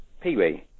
peewee